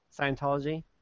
Scientology